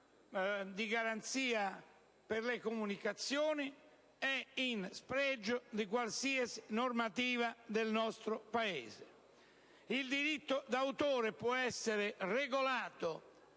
di garanzia per le comunicazioni è in spregio di qualsiasi normativa del nostro Paese. Il diritto d'autore può e deve essere regolato